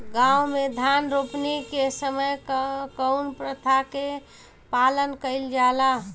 गाँव मे धान रोपनी के समय कउन प्रथा के पालन कइल जाला?